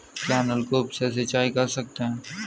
क्या नलकूप से सिंचाई कर सकते हैं?